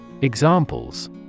Examples